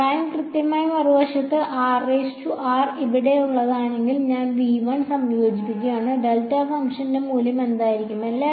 prime കൃത്യമായി മറുവശത്ത് r ഇവിടെ ഉള്ളതാണെങ്കിൽ ഞാൻ സംയോജിപ്പിക്കുകയാണ് ഡെൽറ്റ ഫംഗ്ഷന്റെ മൂല്യം എന്തായിരിക്കും